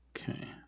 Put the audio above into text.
Okay